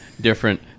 different